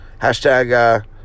Hashtag